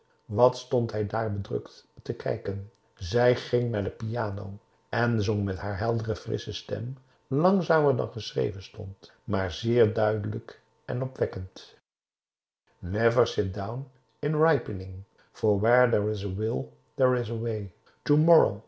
wat stond hij daar bedrukt te kijken zij ging naar de piano en zong met haar heldere frissche stem langzamer dan geschreven stond maar zeer duidelijk en opwekkend